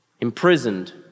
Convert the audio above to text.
imprisoned